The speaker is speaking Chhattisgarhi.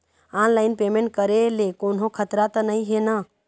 ऑनलाइन पेमेंट करे ले कोन्हो खतरा त नई हे न?